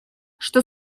что